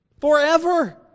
Forever